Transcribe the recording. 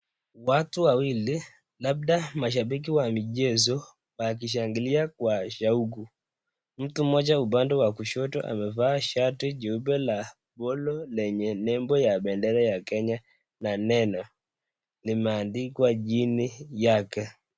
Watu wawili ,labda mashabiki wa michezo, wakishangilia kuwacha huku. Mtu mmoja upande wa kushoto amevaa shati jumbe la polo ,lenye label[cs ]ya bendera ya Kenya na neno limeandikwa chini yake.